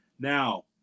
Now